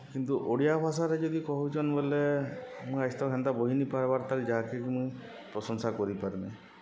କିନ୍ତୁ ଓଡ଼ିଆ ଭାଷାରେ ଯଦି କହୁଚନ୍ ବଏଲେ ମୁଇଁ ଆଏଜ୍ ତକ୍ ହେନ୍ତା ବହିି ନି ପାଏବାର୍ ତାଲ୍ ଯାହାକେ ମୁଇଁ ପ୍ରଶଂସା କରିପାର୍ମି